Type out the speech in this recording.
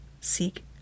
seek